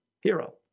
hero